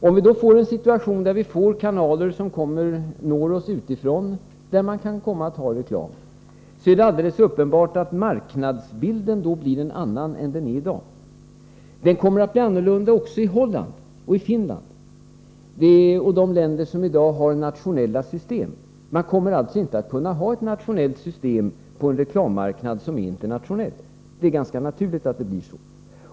Om vi då hamnar i en situation där TV-sändningar som når oss utifrån innehåller reklam, blir alldeles uppenbart marknadsbilden en annan än i dag. Den kommer att bli annorlunda också i Holland och Finland samt i andra länder som i dag har nationella system. De kommer inte att kunna ha ett nationellt system på en reklammarknad som är internationell. Det är ganska naturligt att det blir så.